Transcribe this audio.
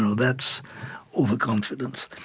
so that's overconfidence.